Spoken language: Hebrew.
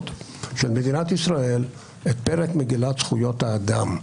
של מדינת ישראל את פרק מגילת זכויות האדם,